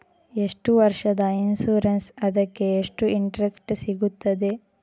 ಎಷ್ಟು ವರ್ಷದ ಇನ್ಸೂರೆನ್ಸ್ ಅದಕ್ಕೆ ಎಷ್ಟು ಇಂಟ್ರೆಸ್ಟ್ ಸಿಗುತ್ತದೆ?